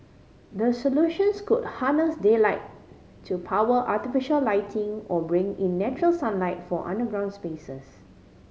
the solutions could harness daylight to power artificial lighting or bring in natural sunlight for underground spaces